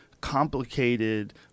complicated